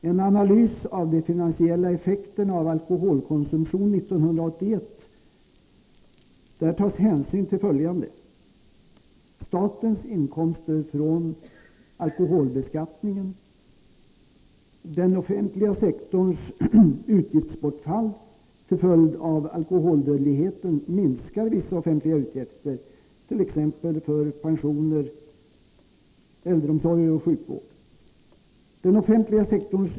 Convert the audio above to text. I en analys av de finansiella effekterna av alkoholkonsumtionen 1981 tas hänsyn till följande: Den offentliga sektorns utgiftsbortfall till följd av att alkoholdödligheten minskar vissa offentliga utgifter, t.ex. för pensioner, äldreomsorger och sjukvård.